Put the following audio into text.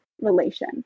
relation